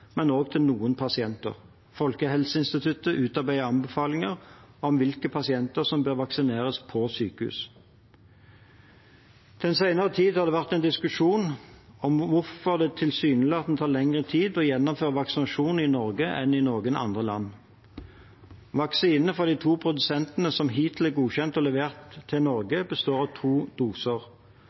men også til noen pasienter. Folkehelseinstituttet utarbeider anbefalinger om hvilke pasienter som bør vaksineres på sykehus. Den senere tid har det vært en diskusjon om hvorfor det tilsynelatende tar lengre tid å gjennomføre vaksinasjon i Norge enn i noen andre land. Vaksiner fra de to produsentene som hittil er godkjent og levert til Norge, består av to doser.